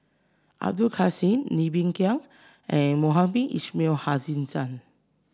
Abdul Kadir Syed Ng Bee Kia and Mohamed Ismail Hussain